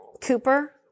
Cooper